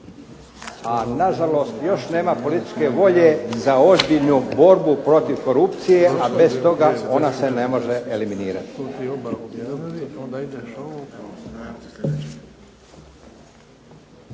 a na žalost još nema političke volje za ozbiljnu borbu protiv korupcije, a bez toga ona se ne može eliminirati.